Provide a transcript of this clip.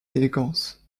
d’élégance